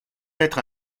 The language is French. être